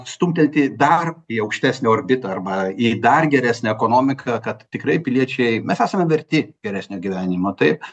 stumtelti dar į aukštesnę orbitą arba į dar geresnę ekonomiką kad tikrai piliečiai mes esame verti geresnio gyvenimo taip